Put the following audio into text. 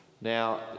Now